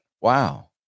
Wow